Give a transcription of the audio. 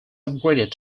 upgraded